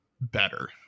better